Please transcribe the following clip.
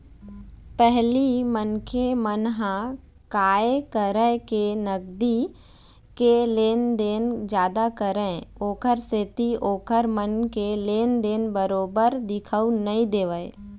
पहिली मनखे मन ह काय करय के नगदी के लेन देन जादा करय ओखर सेती ओखर मन के लेन देन बरोबर दिखउ नइ देवय